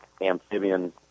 amphibian